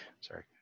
Sorry